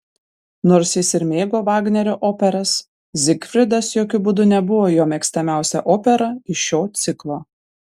nors jis ir mėgo vagnerio operas zigfridas jokiu būdu nebuvo jo mėgstamiausia opera iš šio ciklo